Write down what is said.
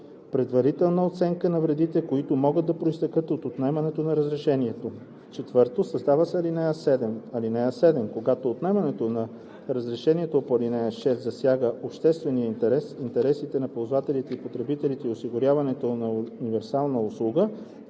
предварителна оценка на вредите, които могат да произтекат от отнемането на разрешението“. 4. Създава се ал. 7: „(7) Когато отнемането на разрешението по ал. 6 засяга обществения интерес, интересите на ползвателите и потребителите и осигуряването на универсална услуга,